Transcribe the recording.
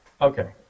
Okay